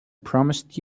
promised